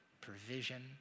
provision